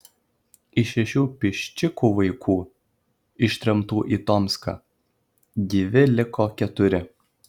iš šešių piščikų vaikų ištremtų į tomską gyvi liko keturi